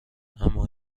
اما